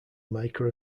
maker